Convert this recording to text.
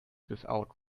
without